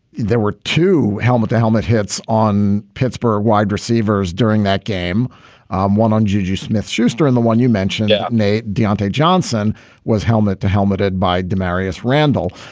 there were two helmet to helmet hits on pittsburgh wide receivers during that game um one on juju smith schuster and the one you mentioned that nate deonte johnson was helmet to helmet hit by the maris randall.